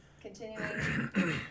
continuing